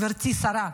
גברתי השרה,